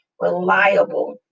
reliable